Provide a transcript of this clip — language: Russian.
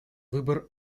выбор